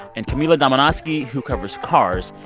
and camila domonoske, yeah who covers cars,